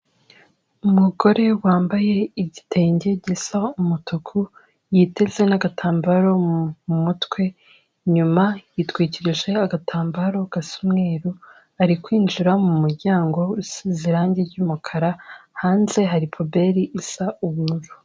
Umugore wambaye igitenge gisa umutuku yitetse n'agatambaro mu mutwe inyuma yitwikirije agatambaro gasa umweruru ari kwinjira mu muryango usize irangi ry'umukara hanze hari puberi isa ubururu.